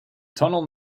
tunnel